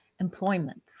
employment